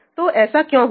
तो ऐसा क्यों हुआ